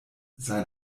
sein